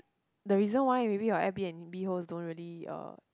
the reason why maybe or air-b_n_b also don't really uh